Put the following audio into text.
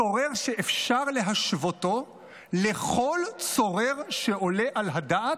צורר שאפשר להשוותו לכל צורר שעולה על הדעת,